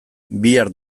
bihar